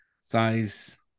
size